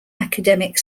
academic